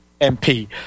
MP